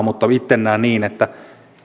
mutta itse näen niin että